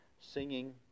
singing